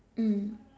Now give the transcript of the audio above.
mm